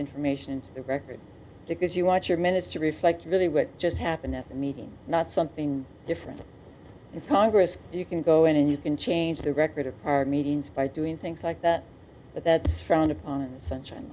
information into the record because you want your minutes to reflect really what just happened at the meeting not something different in congress you can go in and you can change the record of our meetings by doing things like that but that's front of sunshine